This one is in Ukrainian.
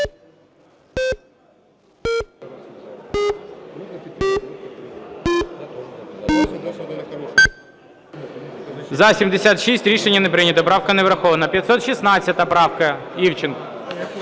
За-106 Рішення не прийнято. Правка не врахована. 668 правка, Івченко.